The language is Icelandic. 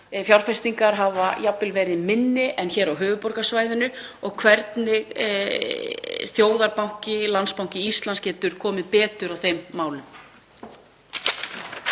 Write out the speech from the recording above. fjárfestingar hafa jafnvel verið minni en hér á höfuðborgarsvæðinu og hvernig þjóðarbanki, Landsbanki Íslands, getur komið betur að þeim málum.